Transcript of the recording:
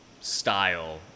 style